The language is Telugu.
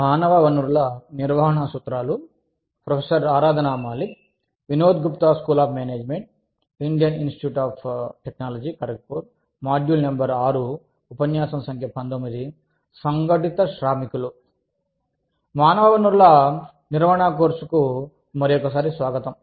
మానవ వనరుల నిర్వహణ కోర్సుకు మరియొక సారి స్వాగతం